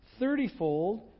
thirtyfold